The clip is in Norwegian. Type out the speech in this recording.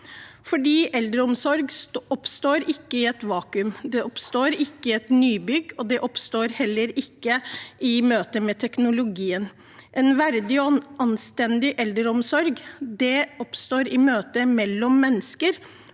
for eldreomsorg oppstår ikke i et vakuum. Det oppstår ikke i et nybygg, og det oppstår heller ikke i møte med teknologien. En verdig og anstendig eldreomsorg oppstår i møtet mellom mennesker,